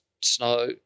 snow